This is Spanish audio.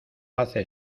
hace